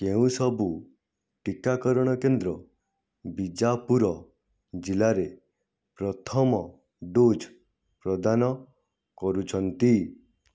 କେଉଁସବୁ ଟିକାକରଣ କେନ୍ଦ୍ର ବିଜାପୁର ଜିଲ୍ଲାରେ ପ୍ରଥମ ଡୋଜ୍ ପ୍ରଦାନ କରୁଛନ୍ତି